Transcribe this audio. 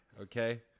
Okay